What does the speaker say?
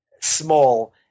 small